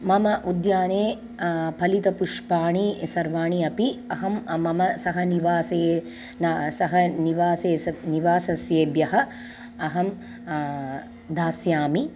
मम उद्याने फलितपुष्पाणि सर्वाणि अपि अहं मम सहनिवासे न सह निवासे निवासिभ्यः अहं दास्यामि